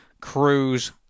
Cruise